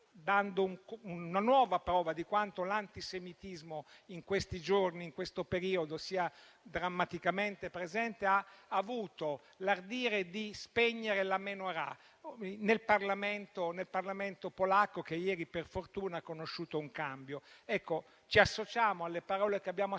dando una nuova prova di quanto l'antisemitismo in questi giorni e in questo periodo sia drammaticamente presente, ha avuto l'ardire di spegnere la Menorah, nel Parlamento polacco che ieri, per fortuna, ha conosciuto un cambio. Ci associamo alle parole che abbiamo ascoltato,